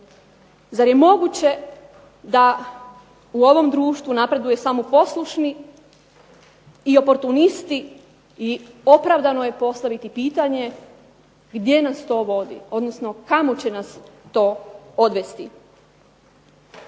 Zar je moguće da u ovom društvu napreduju samo poslušni i oportunisti i opravdano je postaviti pitanje gdje nas to vodi, odnosno kamo će nas to odvesti?